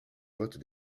vote